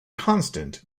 constant